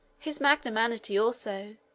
his magnanimity, also,